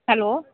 hello